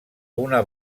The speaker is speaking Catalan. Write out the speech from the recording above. una